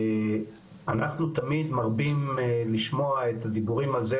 אנחנו תמיד מרבים לשמוע את הדיבורים על זה,